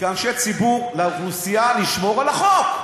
כאנשי ציבור, לאוכלוסייה לשמור על החוק.